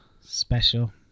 Special